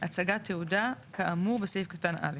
הצגת תעודה, כאמור בסעיף קטן (א)